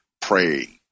pray